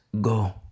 Go